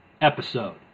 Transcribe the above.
episode